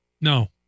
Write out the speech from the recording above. No